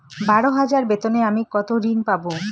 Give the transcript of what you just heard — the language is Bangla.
বারো হাজার বেতনে আমি কত ঋন পাব?